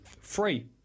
free